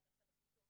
מה נעשה בכיתות,